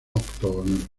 octogonal